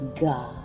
god